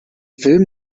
film